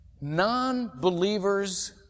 non-believers